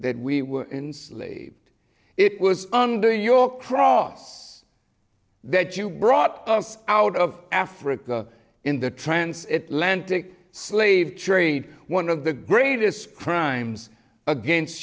that we were it was under your cross that you brought us out of africa in the transatlantic slave trade one of the greatest crimes against